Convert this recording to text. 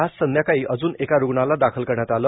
आज संध्याकाळी अजून एका रुग्णाला दाखल करण्यात आले